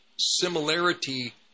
similarity